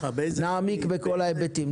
נעמיק בכל ההיבטים.